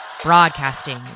Broadcasting